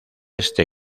este